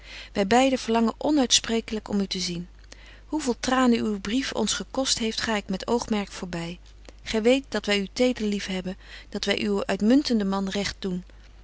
wy beide verlangen onuitspreeklyk om u te zien hoe veel tranen uw brief ons gekost heeft ga ik met oogmerk voorby gy weet dat wy u teder lief hebben dat wy uwen uitmuntenden man recht doen